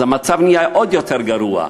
המצב נהיה עוד יותר גרוע,